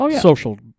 social